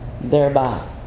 thereby